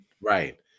Right